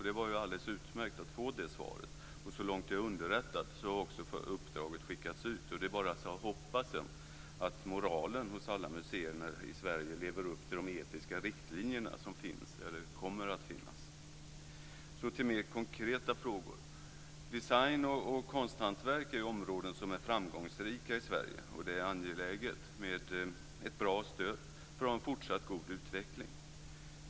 Det var ju alldeles utmärkt att få det svaret. Så långt jag är underrättad har också uppdraget skickats ut. Det är bara att hoppas att moralen hos alla museer i Sverige lever upp till de etiska riktlinjer som kommer att finnas. Jag går nu över till mer konkreta frågor. Design och konsthantverk är områden som är framgångsrika i Sverige, och det är angeläget med ett bra stöd för en fortsatt god utveckling.